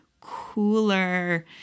cooler